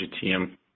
team